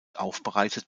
aufbereitet